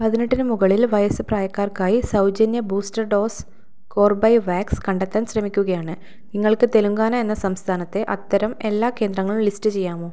പതിനെട്ടിന് മുകളിൽ വയസ്സ് പ്രായക്കാർക്കായി സൗജന്യ ബൂസ്റ്റർ ഡോസ് കോർബെവാക്സ് കണ്ടെത്താൻ ശ്രമിക്കുകയാണ് നിങ്ങൾക്ക് തെലങ്കാന എന്ന സംസ്ഥാനത്തെ അത്തരം എല്ലാ കേന്ദ്രങ്ങളും ലിസ്റ്റ് ചെയ്യാമോ